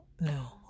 No